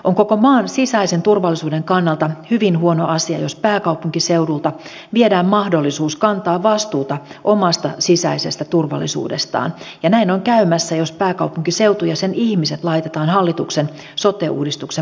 on koko maan sisäisen turvallisuuden kannalta hyvin huono asia jos pääkaupunkiseudulta viedään mahdollisuus kantaa vastuuta omasta sisäisestä turvallisuudestaan ja näin on käymässä jos pääkaupunkiseutu ja sen ihmiset laitetaan hallituksen sote uudistuksen maksumieheksi